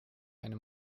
eine